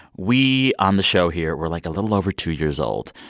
we on the show here, we're, like, a little over two years old,